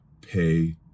pay